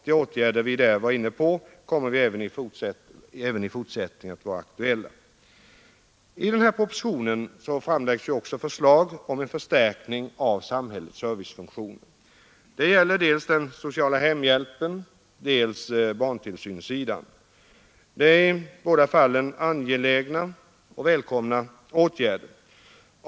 De åtgärder som vi där var inne på kommer vi även i fortsättningen att hålla aktuella. I propositionen framläggs också förslag om en förstärkning av samhällets servicefunktioner. Det gäller dels den sociala hemhjälpen, dels barntillsynen. Det är i båda fallen angelägna och välkomna åtgärder.